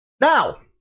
Now